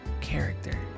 character